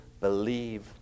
believe